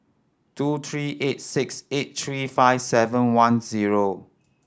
two three eight six eight three five seven one zero